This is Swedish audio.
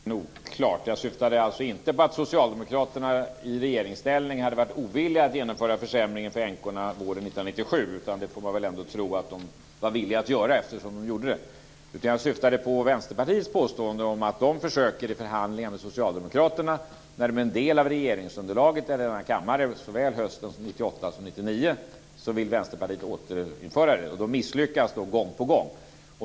Herr talman! Jag uttryckte mig oklart. Jag syftade inte på att socialdemokraterna i regeringsställning hade varit ovilliga att genomföra försämringen för änkorna våren 1997. Det får man väl ändå tro att de var villiga att göra, eftersom de gjorde det. Jag syftade på Vänsterpartiets påstående att det försöker i förhandlingar med Socialdemokraterna - där det varit en del av regeringsunderlaget i denna kammare såväl hösten 1998 som 1999 - att ändra detta och återinföra reglerna, och det misslyckas gång på gång.